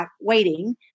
waiting